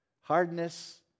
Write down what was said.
Hardness